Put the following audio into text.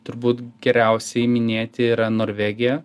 turbūt geriausiai minėti yra norvegiją